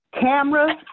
cameras